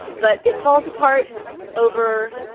but it falls apart over.